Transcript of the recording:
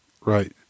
Right